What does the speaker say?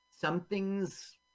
something's